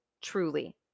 truly